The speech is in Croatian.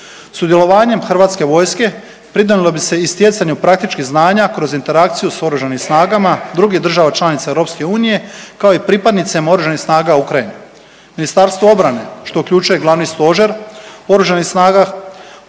Sudjelovanjem HV-a pridonijelo bi se i stjecanju praktičkih znanja kroz interakciju s oružanih snagama drugih država članica EU, kao i pripadnicima oružanih snaga Ukrajine. Ministarstvo obrane što uključuje Glavni stožer Oružanih snaga